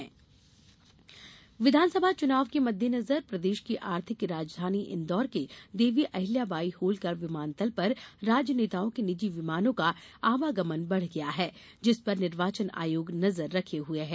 इन्दौर विमान विधानसभा चुनाव के मद्देनजर प्रदेश की आर्थिक राजधानी इंदौर के देवी अहिल्या बाई होलकर विमानतल पर राजनेताओं के निजी विमानों का आवागमन बढ़ गया है जिस पर निर्वाचन आयोग नजर रखे हुये है